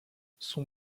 son